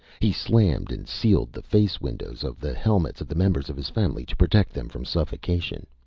he slammed and sealed the face-windows of the helmets of the members of his family, to protect them from suffocation.